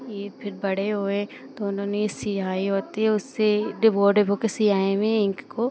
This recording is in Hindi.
ये फिर बड़े हुए तो उन्होंने यह स्याही होती है उससे डिब्बों डिब्बों के स्याही में इंक को